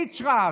ריצ'רץ'.